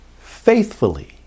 faithfully